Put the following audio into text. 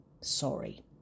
sorry